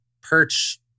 perch